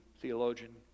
theologian